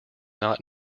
not